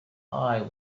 eye